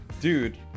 dude